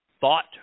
thought